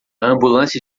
ambulância